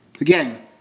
Again